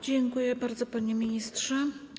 Dziękuję bardzo, panie ministrze.